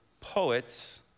poets